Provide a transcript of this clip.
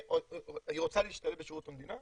היא רוצה להשתלב בשירות המדינה,